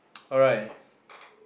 alright